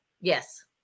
Yes